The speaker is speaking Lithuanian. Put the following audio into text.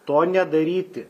to nedaryti